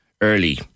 early